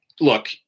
Look